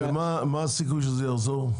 ומה הסיכוי שזה יחזור?